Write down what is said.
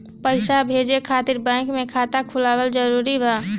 पईसा भेजे खातिर बैंक मे खाता खुलवाअल जरूरी बा?